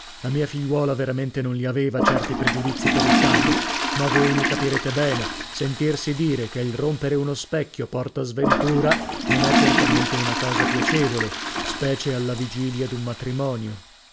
la mia figliuola veramente non li aveva certi pregiudizi per il capo ma voi mi capirete bene sentirsi dire che il rompere uno specchio porta sventura non è certamente una cosa piacevole specie alla vigilia d'un matrimonio